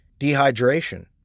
dehydration